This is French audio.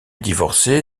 divorcé